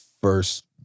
first